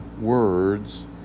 words